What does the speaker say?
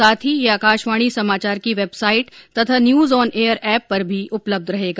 साथ ही ये आकाशवाणी समाचार की वैबसाईट तथा न्यूज ऑन एयर एप पर भी उपलब्ध होगा